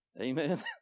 Amen